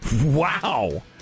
Wow